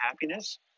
happiness